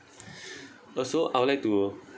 also I would like to